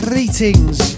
Greetings